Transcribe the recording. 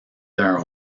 d’un